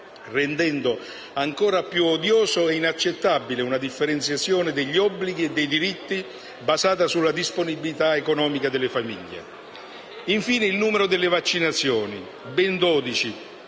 rendendo ancora più odiosa e inaccettabile una differenziazione degli obblighi e dei diritti basata sulla disponibilità economica delle famiglie. Da considerare, infine, il numero delle vaccinazioni. Sono